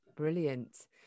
brilliant